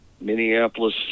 Minneapolis